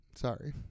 Sorry